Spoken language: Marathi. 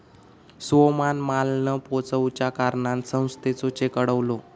सोहमान माल न पोचवच्या कारणान संस्थेचो चेक अडवलो